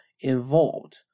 involved